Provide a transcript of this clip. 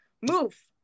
move